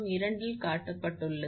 இல் காட்டப்பட்டுள்ளது